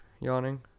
yawning